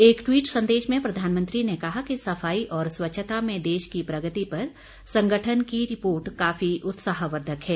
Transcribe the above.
एक ट्वीट संदेश में प्रधानमंत्री ने कहा कि सफाई और स्वच्छता में देश की प्रगति पर संगठन की रिपोर्ट काफी उत्साहवर्द्वक है